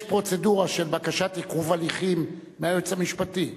יש פרוצדורה של בקשת עיכוב הליכים מהיועץ המשפטי.